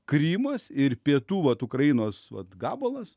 krymas ir pietų vat ukrainos vat gabalas